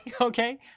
Okay